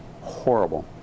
horrible